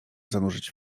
zanurzyć